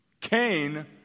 Cain